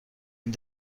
این